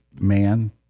man